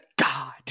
god